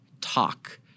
talk